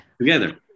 together